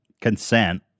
consent